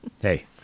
Hey